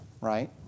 right